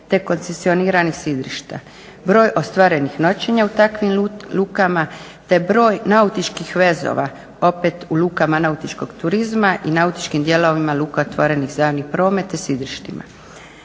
te koncesioniranih sidrišta, broj ostvarenih noćenja u takvim lukama te broj nautičkih vezova opet u lukama nautičkog turizma i nautičkim dijelovima luka otvorenih za javni promet te sidrištima.